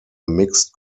mixed